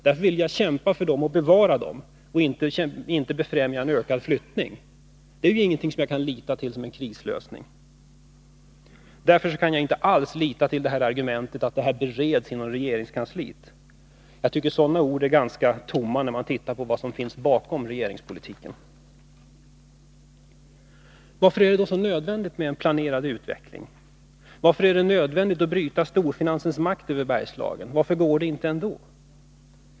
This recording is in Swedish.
Därför vill jag kämpa för dem och bevara dem och inte befrämja en ökad flyttning — det är ju ingenting som jag kan lita till som en krislösning. Därför kan jag inte nöja mig med att detta bereds inom regeringskansliet. Sådana ord är ganska tomma, när man tittar på vad som finns bakom regeringspolitiken. Varför är det då så nödvändigt med en planeringsutveckling? Varför är det nödvändigt att bryta storfinansens makt över Bergslagen, varför går det inte ändå?